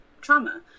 trauma